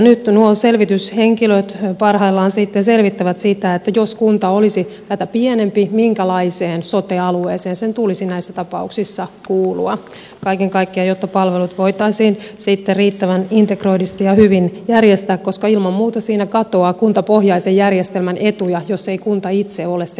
nyt nuo selvityshenkilöt parhaillaan sitten selvittävät sitä että jos kunta olisi tätä pienempi minkälaiseen sote alueeseen sen tulisi näissä tapauksissa kuulua kaiken kaikkiaan jotta palvelut voitaisiin sitten riittävän integroidusti ja hyvin järjestää koska ilman muuta siinä katoaa kuntapohjaisen järjestelmän etuja jos ei kunta itse ole se järjestäjä